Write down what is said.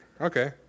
Okay